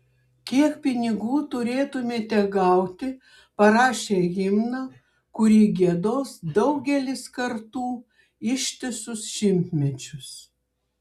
kiek pinigų turėtumėte gauti parašę himną kurį giedos daugelis kartų ištisus šimtmečius